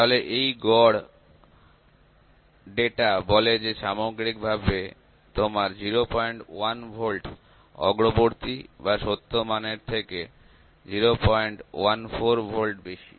তাহলে এই গড় ডেটা বলে যে সামগ্রিকভাবে তোমার ০১ ভোল্ট অগ্রবর্তী বা সত্য মানের থেকে ০১৪ ভোল্ট বেশী